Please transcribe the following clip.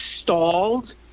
stalled